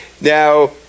Now